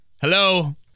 hello